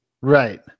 Right